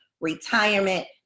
retirement